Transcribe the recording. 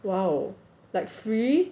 !wow! like free